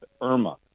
Irma